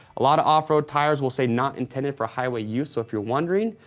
a lot of off-road tires will say not intended for highway use, so if you're wondering,